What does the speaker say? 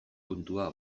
kontua